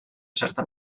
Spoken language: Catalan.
certa